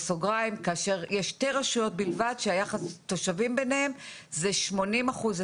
כאשר יש שתי רשויות בלבד שהיחס התושבים ביניהן הוא שמונים אחוז,